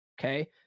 Okay